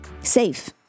safe